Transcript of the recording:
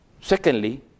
Secondly